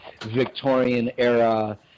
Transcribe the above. Victorian-era